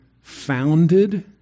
founded